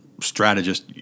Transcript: strategist